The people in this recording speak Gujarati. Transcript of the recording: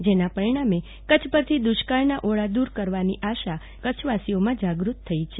જેના પરિણામે કચ્છ પરથી દુષ્કાળના ઓળા દૂર થવાની આશા કચ્છવાસીઓમાં જાગૃત થઈ છે